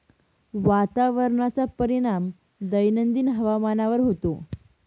वातावरणाचा परिणाम दैनंदिन हवामानावर होतो